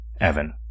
Evan